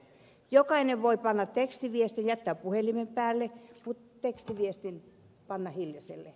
jokainen voi jättää puhelimen päälle mutta tekstiviestin panna hiljaiselle